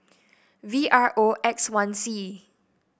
V R O X one C